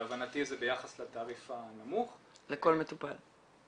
להבנתי זה ביחס לתעריף הנמוך -- לכל מטופל?